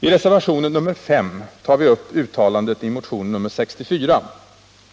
I reservationen 5 tar vi upp uttalandet i motionen 64